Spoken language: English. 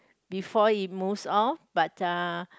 before it moves off but uh